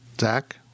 Zach